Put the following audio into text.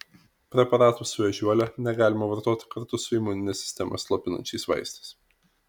preparatų su ežiuole negalima vartoti kartu su imuninę sistemą slopinančiais vaistais